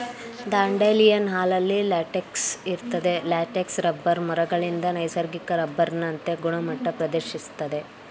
dandelion ಹಾಲಲ್ಲಿ latex ಇರ್ತದೆ latex rubber ಮರಗಳಿಂದ ನೈಸರ್ಗಿಕ ರಬ್ಬರ್ನಂತೆ ಗುಣಮಟ್ಟ ಪ್ರದರ್ಶಿಸ್ತದೆ